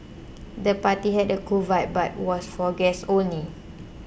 the party had a cool vibe but was for guests only